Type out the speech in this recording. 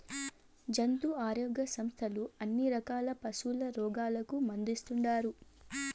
జంతు ఆరోగ్య సంస్థలు అన్ని రకాల పశుల రోగాలకు మందేస్తుండారు